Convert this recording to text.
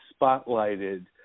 spotlighted